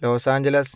Los Angeles